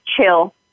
chill